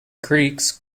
greeks